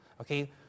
Okay